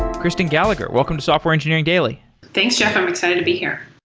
kristen gallagher, welcome to software engineering daily thanks, jeff. i'm excited to be here.